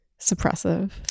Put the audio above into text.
suppressive